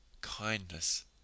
kindness